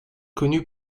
connu